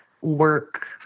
work